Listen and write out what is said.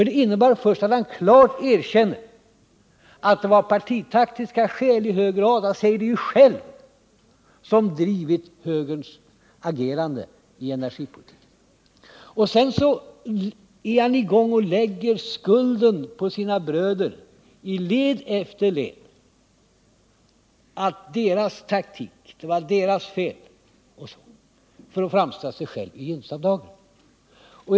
De innebär nämligen att han först klart erkänner att det i hög grad var partitaktiska skäl som bestämde högerns agerande i energipolitiken och att han sedan lägger skulden på sina bröder i led efter led — det var deras fel — för att framställa sig själv i gynnsam dager.